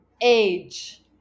age